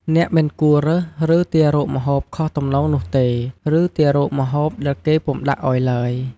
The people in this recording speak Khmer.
អ្នកមិនគួររើស ឬ ទាររកម្ហូបខុសទំនងនោះទេ ឬ ទាររកម្ហូបដែលគេពុំដាក់ឲ្យទ្បើយ។